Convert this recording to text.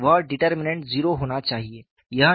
वह डिटर्मिनेन्ट 0 होना चाहिए